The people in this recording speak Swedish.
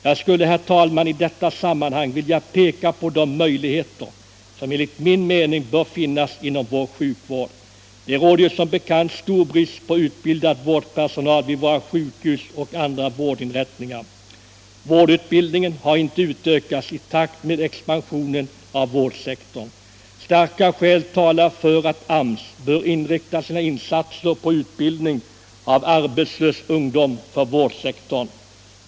Jag skulle, herr talman, i detta sammanhang vilja peka på de möjligheter som enligt min mening bör finnas inom vår sjukvård. Det råder som bekant stor brist på utbildad vårdpersonal vid våra sjukhus och andra vårdinrättningar. Vårdutbildningen har inte utökats i takt med expansionen av vårdsektorn. Starka skäl talar för att AMS bör inrikta sina insatser på utbildning av arbetslös ungdom för vårdyrkessektorn.